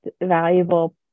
valuable